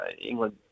England